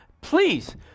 Please